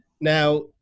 Now